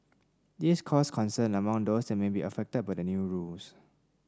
this caused concern among those that may be affected by the new rules